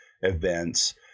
events